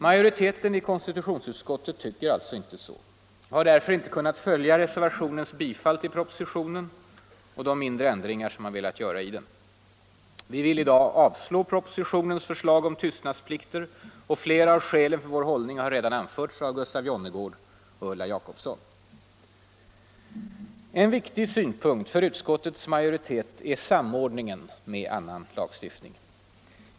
Majoriteten i konstitutionsutskottet tycker alltså inte så och har därför inte kunnat följa reservationens förslag om bifall till propositionen och de mindre ändringar som man velat göra i den. Vi vill i dag avslå propositionens förslag om tystnadsplikter. Flera av skälen för vår hållning har redan anförts av Gustaf Jonnergård och Ulla Jacobsson. En viktig synpunkt för utskottets majoritet är samordningen med an nan lagstiftning.